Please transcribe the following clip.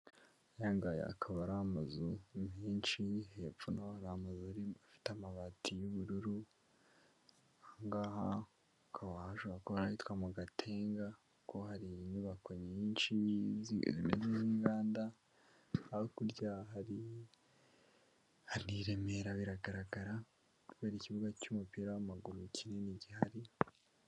Aya ngaya akaba ari amazu menshi, hepfo naho hari amazi afite amabati y'ubururu, aha ngaha hakaba hashobora kuba hitwa mu Gatenga, kuko hari inyubako nyinshi zimeze nk'inganda, hakurya hari i Remera biragaragara, kubera ikibuga cy'umupira w'amaguru kinini gihari.